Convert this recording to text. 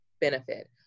benefit